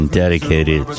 dedicated